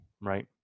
right